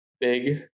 big